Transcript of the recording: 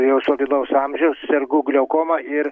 jau solidaus amžiaus sergu gliaukoma ir